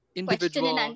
individual